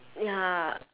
ya